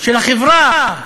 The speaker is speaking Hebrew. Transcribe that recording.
של החברה.